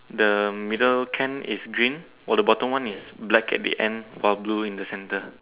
the middle can is green while the bottom one is black at the end while blue in the center